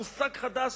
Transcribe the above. מושג חדש